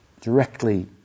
directly